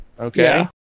okay